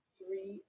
Three